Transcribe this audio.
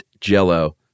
Jell-O